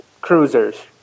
cruisers